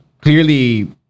Clearly